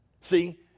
See